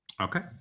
Okay